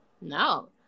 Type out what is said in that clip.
No